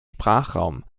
sprachraum